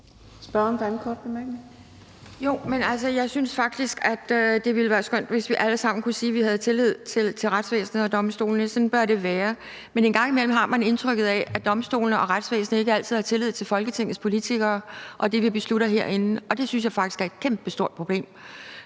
jeg synes faktisk, at det ville være skønt, hvis vi alle sammen kunne sige, at vi havde tillid til retsvæsenet og domstolene. Sådan bør det være. Men en gang imellem har man indtryk af, at domstolene og retsvæsenet ikke altid har tillid til Folketingets politikere og det, vi beslutter herinde, og det synes jeg faktisk er et kæmpestort problem,